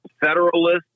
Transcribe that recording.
federalist